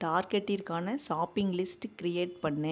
டார்கெட்டிற்கான shopping list create பண்ணு